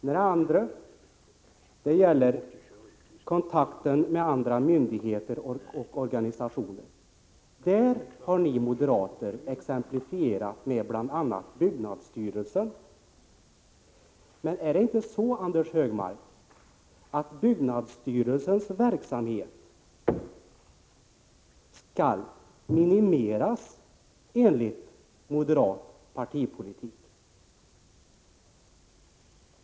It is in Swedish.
Den andra frågan gäller kontakten med andra myndigheter och organisationer. På den punkten har ni moderater exemplifierat med bl.a. byggnadsstyrelsen. Men är det inte så, Anders Högmark, att byggnadsstyrelsens verksamhet skall minimeras enligt moderat partipolitik?